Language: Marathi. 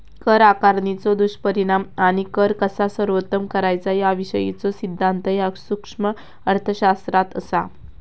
कर आकारणीचो दुष्परिणाम आणि कर कसा सर्वोत्तम करायचा याविषयीचो सिद्धांत ह्या सूक्ष्म अर्थशास्त्रात असा